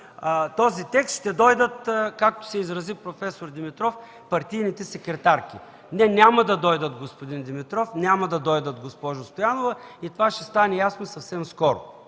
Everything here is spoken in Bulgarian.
този текст, ще дойдат, както се изрази проф. Димитров, партийните секретарки. Не, няма да дойдат, господин Димитров; няма да дойдат, госпожо Стоянова. Това ще стане ясно съвсем скоро.